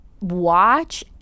watch